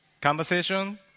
conversation